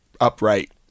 upright